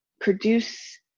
produce